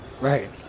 Right